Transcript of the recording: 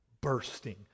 bursting